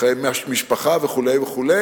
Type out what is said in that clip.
חיי משפחה וכו',